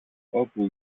όπου